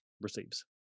receives